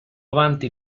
avanti